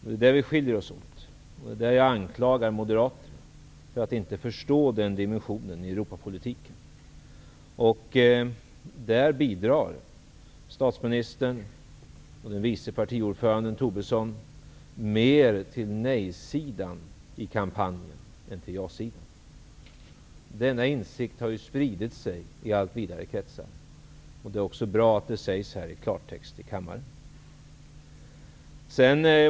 Det är där vi skiljer oss åt och det är där jag anklagar moderaterna för att inte förstå den dimensionen i Europapolitiken. Där bidrar statsministern och vice partiordföranden, Tobisson, mer till nej-sidan i kampanjen än till jasidan. Denna insikt har spridit sig i allt vidare kretsar. Det är bra att det sägs i klartext här i kammaren.